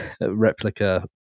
replica